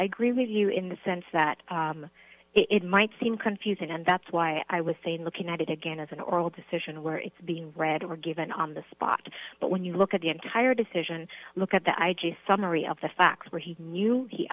i agree with you in the sense that it might seem confusing and that's why i was saying looking at it again as an oral decision where it's being read we're given on the spot but when you look at the entire decision look at the i g summary of the facts where he knew he